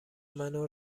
منو